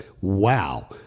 wow